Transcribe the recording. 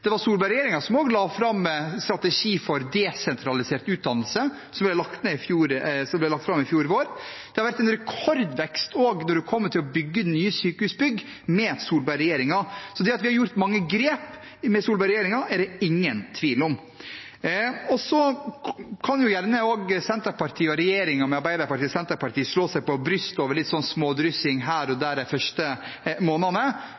det var også Solberg-regjeringen som la fram en strategi for desentralisert utdannelse, som ble lagt fram i fjor vår. Det har vært en rekordvekst i å bygge nye sykehusbygg med Solberg-regjeringen. Så at vi tok mange grep i Solberg-regjeringen, er det ingen tvil om. Så kan gjerne Senterpartiet og regjeringen, med Arbeiderpartiet, Senterpartiet, slå seg på brystet over litt smådryssing her og der de første månedene,